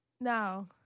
No